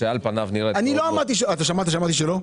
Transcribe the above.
שעל פניה נראית --- שמעת שאמרתי שלא?